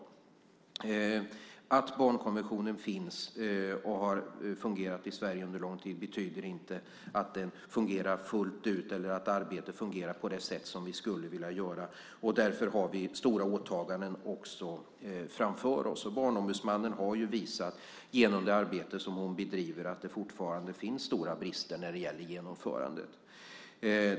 Att barnkonventionen finns och har fungerat i Sverige under lång tid betyder inte att den fungerar fullt ut eller att arbetet fungerar på det sätt som vi skulle vilja. Därför har vi stora åtaganden också framför oss. Barnombudsmannen har genom det arbete som hon bedriver visat att det fortfarande finns stora brister när det gäller genomförandet.